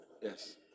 yes